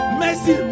mercy